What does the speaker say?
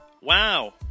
wow